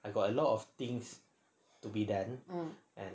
I got a lot of things to be done